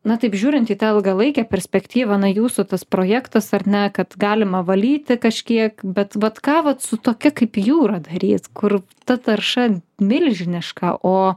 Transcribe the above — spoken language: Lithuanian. na taip žiūrint į tą ilgalaikę perspektyvą na jūsų tas projektas ar ne kad galima valyti kažkiek bet vat ka vat su tokia kaip jūra daryt kur ta tarša milžiniška o